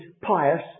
pious